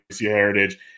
heritage